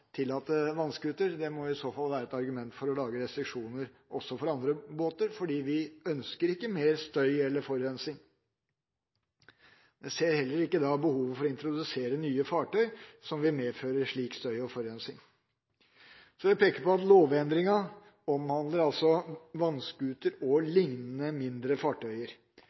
tillate vannscooter. Det må i så fall være et argument for å lage restriksjoner også for andre båter, for vi ønsker ikke mer støy eller forurensning. Jeg ser heller ikke da behovet for å introdusere nye fartøyer som vil medføre slik støy og forurensing. Så vil jeg peke på at lovendringen altså omhandler vannscootere og liknende mindre fartøyer.